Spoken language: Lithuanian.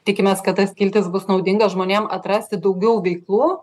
tikimės kad ta skiltis bus naudinga žmonėm atrasti daugiau veiklų